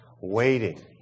waiting